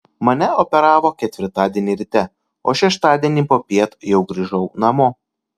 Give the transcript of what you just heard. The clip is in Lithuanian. mane operavo ketvirtadienį ryte o šeštadienį popiet jau grįžau namo